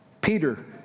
Peter